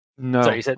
No